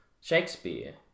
Shakespeare